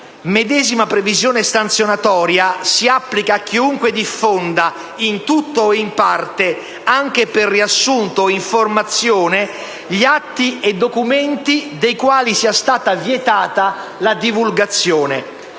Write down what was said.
Medesima previsione sanzionatoria si applica a chiunque diffonda, in tutto o in parte, anche per riassunto o informazione, gli atti e documenti dei quali sia stata vietata la divulgazione.